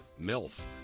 MILF